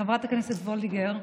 חברת הכנסת וולדיגר,